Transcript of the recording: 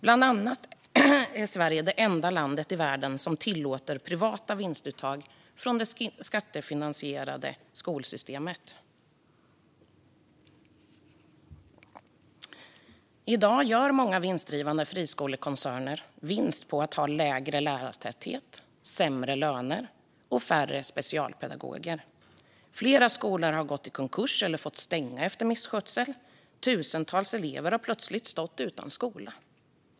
Bland annat är Sverige det enda landet i världen som tillåter privata vinstuttag från det skattefinansierade skolsystemet. I dag gör många vinstdrivande friskolekoncerner vinst på att ha lägre lärartäthet, sämre löner och färre specialpedagoger. Flera skolor har gått i konkurs eller fått stänga efter misskötsel. Tusentals elever har plötsligt stått utan skola.